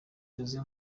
jose